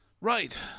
Right